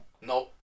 No